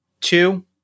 two